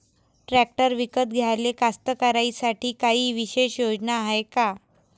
Tractor विकत घ्याले कास्तकाराइसाठी कायी विशेष योजना हाय का?